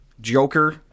Joker